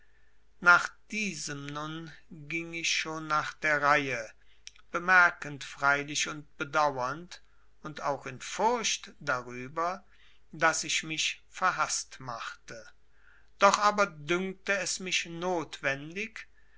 nach diesem nun ging ich schon nach der reihe bemerkend freilich und bedauernd und auch in furcht darüber daß ich mich verhaßt machte doch aber dünkte es mich notwendig